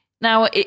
Now